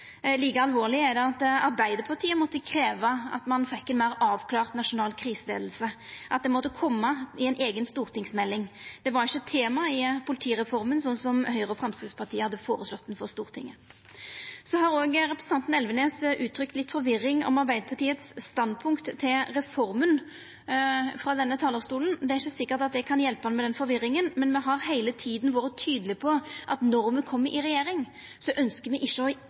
Like alvorleg er det at Arbeidarpartiet måtte krevja at ein fekk ei meir avklara nasjonal kriseleiing, at det måtte koma i ei eiga stortingsmelding. Det var ikkje tema i politireforma slik som Høgre og Framstegspartiet hadde føreslått ho for Stortinget. Representanten Elvenes har frå denne talarstolen uttrykt litt forvirring om Arbeidarpartiets standpunkt til reforma. Det er ikkje sikkert at eg kan hjelpa han med den forvirringa, men me har heile tida vore tydelege på at når me kjem i regjering, ønskjer me ikkje å